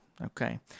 Okay